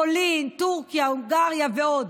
פולין, טורקיה, הונגריה ועוד.